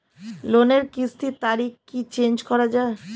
লোনের কিস্তির তারিখ কি চেঞ্জ করা যায়?